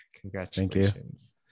Congratulations